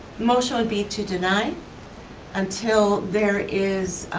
motion would be to deny until there is